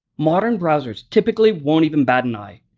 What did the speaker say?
modern browsers typically won't even bat an eye.